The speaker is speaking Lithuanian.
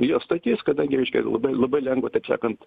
jo stotis kadangi reiškia labai labai lengva tad sakant